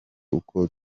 uko